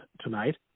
tonight